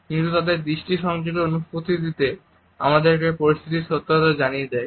কিন্তু তাদের দৃষ্টি সংযোগের অনুপস্থিতিতেই আমাদেরকে পরিস্থিতির সত্যতা জানিয়ে দেয়